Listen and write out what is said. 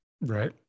Right